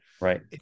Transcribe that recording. Right